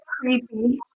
creepy